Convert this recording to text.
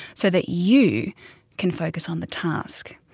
so that you can focus on the task.